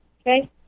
Okay